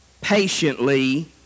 patiently